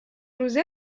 روزه